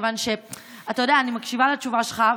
מכיוון שאני מקשיבה לתשובה שלך,